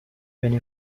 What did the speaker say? when